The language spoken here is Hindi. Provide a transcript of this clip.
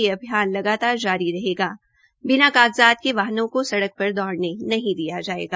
यह अभियान लगातार जारी रहेगा बिना कागज़ात के वाहन को सड़क पर दौड़ने नहीं दिया जायेगा